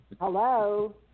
hello